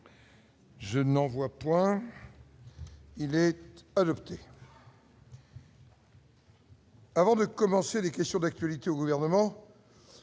Je n'en vois point. Avant de commencer les questions d'actualité au gouvernement,